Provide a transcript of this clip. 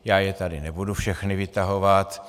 Já je tady nebudu všechny vytahovat.